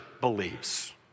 believes